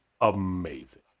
amazing